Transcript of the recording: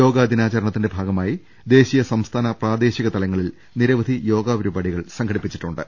യോഗാ ദിനാചരണത്തിന്റെ ഭാഗമായി ദേശീയ സംസ്ഥാന പ്രാദേശിക തലങ്ങളിൽ നിരവധി യോഗാ പരിപാടികൾ സംഘടിപ്പിച്ചിട്ടുണ്ട്